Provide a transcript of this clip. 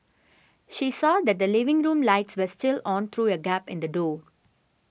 she saw that the living room lights were still on through a gap in the door